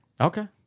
Okay